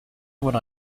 would